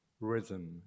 rhythm